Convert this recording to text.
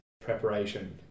preparation